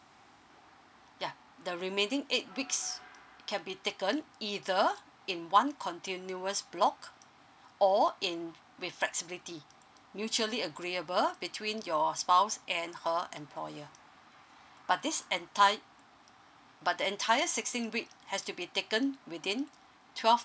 ya the remaining eight weeks can be taken either in one continuous block or in with flexibility mutually agreeable between your spouse and her employer but this entire but the entire sixteen week has to be taken within twelve